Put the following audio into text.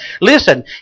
Listen